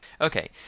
Okay